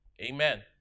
Amen